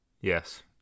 Yes